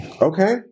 Okay